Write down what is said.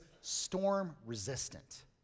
storm-resistant